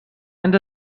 end